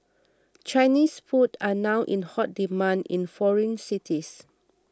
Chinese food are now in hot demand in foreign cities